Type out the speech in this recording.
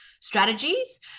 strategies